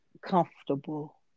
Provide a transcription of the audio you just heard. comfortable